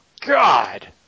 God